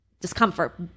discomfort